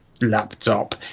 laptop